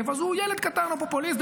אז הוא ילד קטן או פופוליסט.